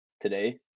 today